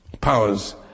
powers